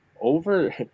over